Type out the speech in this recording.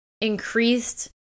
increased